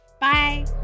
Bye